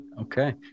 Okay